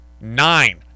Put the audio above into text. nine